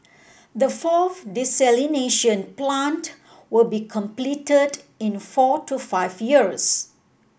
the fourth desalination plant will be completed in four to five years